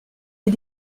des